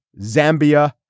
Zambia